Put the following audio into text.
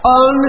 on